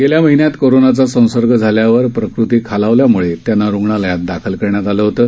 गेल्या महिन्यात कोरोनाचा संसर्ग झाल्यावर प्रकृती खालावल्यामुळे त्यांना रुग्णालयात दाखल करण्यात आलं होतं